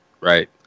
Right